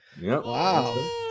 Wow